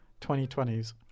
2020s